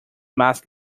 más